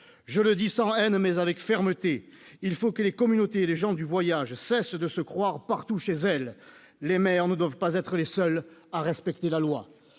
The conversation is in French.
Je le dis sans haine, mais avec fermeté : il faut que les communautés de gens du voyage cessent de se croire partout chez elles. Les maires ne doivent pas être les seuls à respecter la loi